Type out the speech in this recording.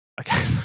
Okay